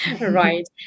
right